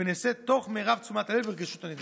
ונעשה תוך מרב תשומת הלב לרגישות הנדרשת.